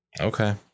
Okay